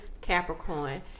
Capricorn